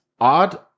odd